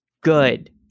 good